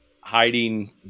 hiding